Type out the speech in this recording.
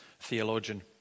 theologian